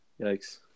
Yikes